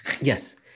yes